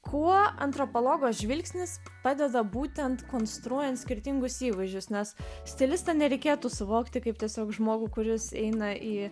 kuo antropologo žvilgsnis padeda būtent konstruojant skirtingus įvaizdžius nes stilistą nereikėtų suvokti kaip tiesiog žmogų kuris eina į